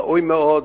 ראוי מאוד